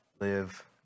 live